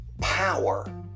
power